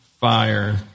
fire